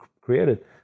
created